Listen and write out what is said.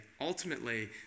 ultimately